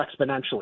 exponentially